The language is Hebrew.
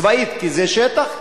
צבאית, כי זה שטח כבוש.